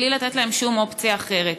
בלי לתת להם שום אופציה אחרת.